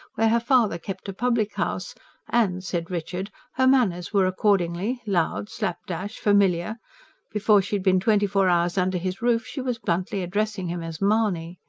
where her father kept a public-house and, said richard, her manners were accordingly loud, slap-dash, familiar before she had been twenty-four hours under his roof she was bluntly addressing him as mahony.